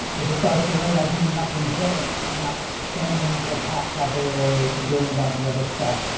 if it starts to rain, i do nothing different. i'm not scrambling for a pack cover, or doing a bunch of other stuff.